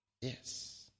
yes